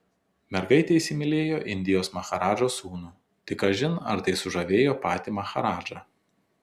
mergaitė įsimylėjo indijos maharadžos sūnų tik kažin ar tai sužavėjo patį maharadžą